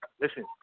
Listen